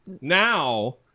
now